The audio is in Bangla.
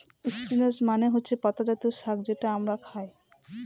স্পিনাচ মানে হচ্ছে পাতা জাতীয় শাক যেটা আমরা খায়